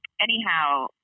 Anyhow